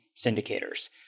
syndicators